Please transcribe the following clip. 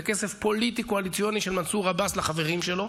זה כסף פוליטי-קואליציוני של מנסור עבאס לחברים שלו,